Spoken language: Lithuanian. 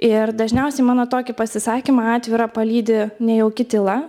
ir dažniausiai mano tokį pasisakymą atvirą palydi nejauki tyla